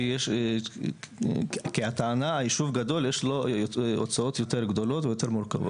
כי הטענה שהישוב גדול אז יש לו הוצאות יותר גדולות ויותר מורכבות.